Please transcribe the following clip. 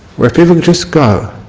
where people could just go